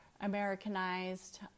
Americanized